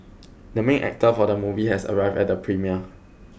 the main actor of the movie has arrived at the premiere